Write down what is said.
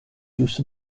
use